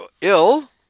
ill